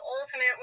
ultimately